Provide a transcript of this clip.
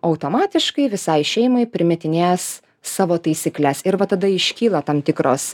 automatiškai visai šeimai primetinės savo taisykles ir va tada iškyla tam tikros